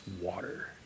water